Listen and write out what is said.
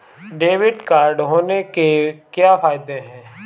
Debit card होने के क्या फायदे हैं?